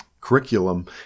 curriculum